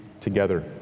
together